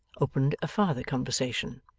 opened a farther conversation.